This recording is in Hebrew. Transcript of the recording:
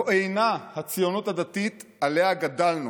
זו אינה הציונות הדתית שעליה גדלנו.